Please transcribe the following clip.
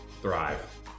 Thrive